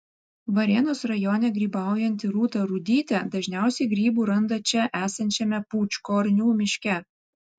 varėnos rajone grybaujanti rūta rudytė dažniausiai grybų randa čia esančiame pūčkornių miške